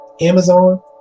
Amazon